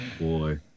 boy